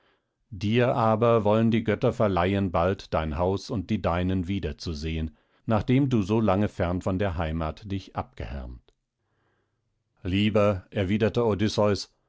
dir aber wollen die götter verleihen bald dein haus und die deinen wieder zu sehen nachdem du so lange fern von der heimat dich abgehärmt lieber erwiderte odysseus